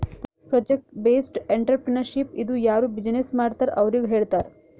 project based entrepreneurship ಇದು ಯಾರು business ಮಾಡ್ತಾರ್ ಅವ್ರಿಗ ಹೇಳ್ತಾರ್